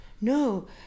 No